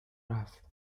رفت